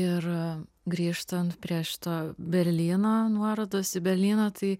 ir grįžtant prie šito berlyno nuorodos į berlyną tai